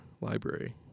library